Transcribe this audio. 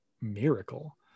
miracle